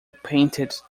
painted